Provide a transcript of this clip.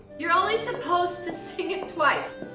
you're only supposed to say it twice.